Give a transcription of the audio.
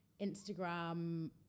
Instagram